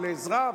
או לעזרה,